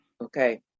Okay